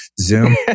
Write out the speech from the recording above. Zoom